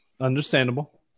understandable